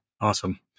Awesome